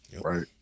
right